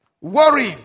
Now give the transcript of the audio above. Worry